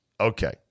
Okay